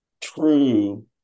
true